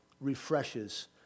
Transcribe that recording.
refreshes